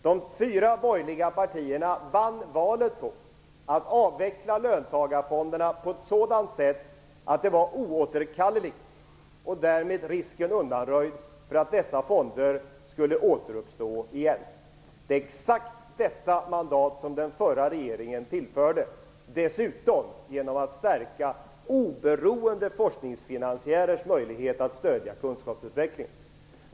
De fyra borgerliga partierna vann valet på att avveckla löntagarfonderna på ett sådant sätt att det var oåterkalleligt och risken därmed undanröjd att dessa fonder skulle återuppstå igen. Det är exakt detta mandat som den förra regeringen tillförde, dessutom gjorde vi det genom att stärka oberoende forskningsfinansiärers möjlighet att stöda kunskapsutveckling.